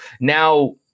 now